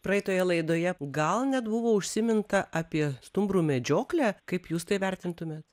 praeitoje laidoje gal net buvo užsiminta apie stumbrų medžioklę kaip jūs tai vertintumėt